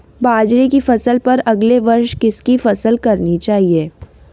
बाजरे की फसल पर अगले वर्ष किसकी फसल करनी चाहिए?